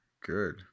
Good